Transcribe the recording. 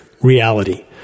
reality